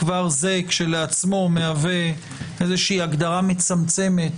כבר זה כשלעצמו מהווה איזושהי הגדרה מצמצמת